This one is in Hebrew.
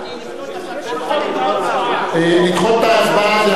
הוא רוצה לדחות את ההצבעה.